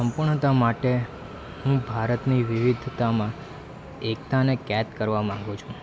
સંપૂર્ણતા માટે હું ભારતની વિવિધતામાં એકતાને કેદ કરવા માંગુ છું